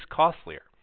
costlier